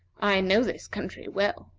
i know this country well.